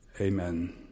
Amen